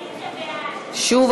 שוב,